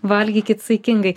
valgykit saikingai